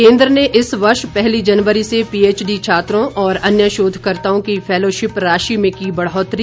केंद्र ने इस वर्ष पहली जनवरी से पीएचडी छात्रों और अन्य शोधकर्त्ताओं की फैलोशिप राशि में की बढ़ोतरी